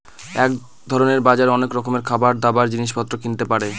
এক ধরনের বাজারে অনেক রকমের খাবার, দাবার, জিনিস পত্র কিনতে পারে